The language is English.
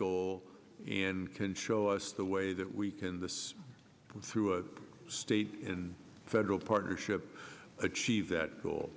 goal and can show us the way that we can this through state and federal partnership achieve that goal